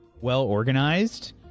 well-organized